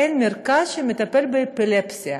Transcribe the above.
אין מרכז שמטפל שאפילפסיה,